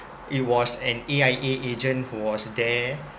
it was an A_I_A agent who was there